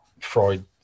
Freud